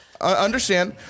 Understand